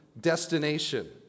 destination